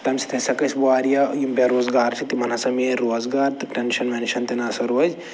تَمہِ سۭتۍ ہسا گژھِ واریاہ یِم بے روزگار چھِ تِمَن ہسا مِلہِ روزگار تہٕ ٹینشَن وینشَن تہِ نہ سا روزِ